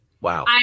Wow